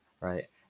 right